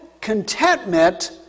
contentment